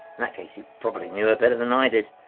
that case, you probably knew her better than i did,